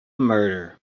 murder